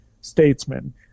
statesman